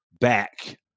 back